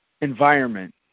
environment